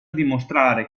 dimostrare